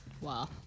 Wow